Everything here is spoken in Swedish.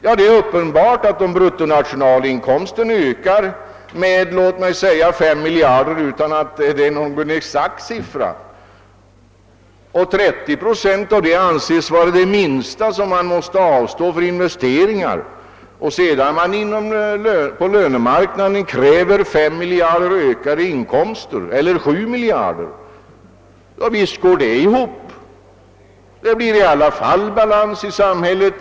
Ja, det är väl uppenbart att om bruttonationalinkomsten ökar med 5 miljarder — jag tar inte här någon exakt siffra — och 30 procent därav anses vara det minsta som kan avsättas till investeringar och om man sedan på lönemarknaden kräver 5 eller 7 miljarder i löneökningar, så går räknestycket i alla fall ihop och vi får balans i samhället.